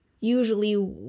usually